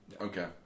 okay